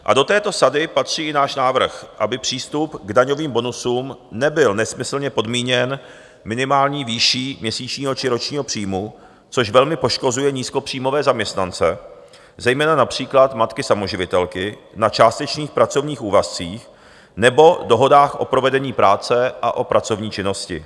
A do této sady patří i náš návrh, aby přístup k daňovým bonusům nebyl nesmyslně podmíněn minimální výší měsíčního či ročního příjmu, což velmi poškozuje nízkopříjmové zaměstnance, zejména například matky samoživitelky na částečných pracovních úvazcích nebo dohodách o provedení práce a o pracovní činnosti.